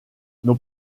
nos